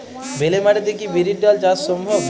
বেলে মাটিতে কি বিরির ডাল চাষ সম্ভব?